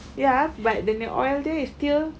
ya but dia punya oil dia is still